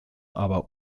aber